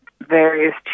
various